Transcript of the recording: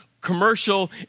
commercial